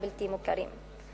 הבלתי-מוכרים.